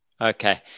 Okay